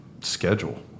schedule